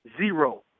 Zero